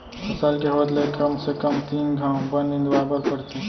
फसल के होत ले कम से कम तीन घंव बन निंदवाए बर परथे